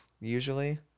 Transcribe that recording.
usually